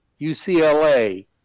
UCLA